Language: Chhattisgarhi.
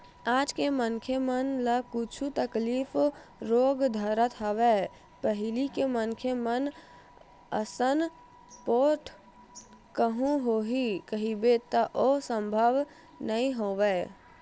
आज के मनखे मन ल कुछु तकलीफ रोग धरत हवय पहिली के मनखे मन असन पोठ कहूँ होही कहिबे त ओ संभव नई होवय